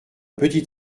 petit